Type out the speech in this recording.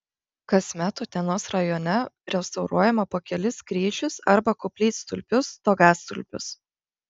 kasmet utenos rajone restauruojama po kelis kryžius arba koplytstulpius stogastulpius